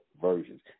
versions